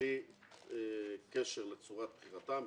בלי קשר לצורת בחירתם,